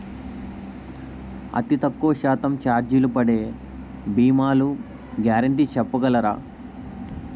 అతి తక్కువ శాతం ఛార్జీలు పడే భీమాలు గ్యారంటీ చెప్పగలరా?